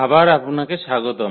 আবার আপনাকে স্বাগতম